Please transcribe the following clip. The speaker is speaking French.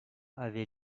avait